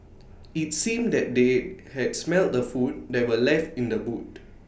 IT seemed that they had smelt the food that were left in the boot